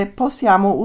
possiamo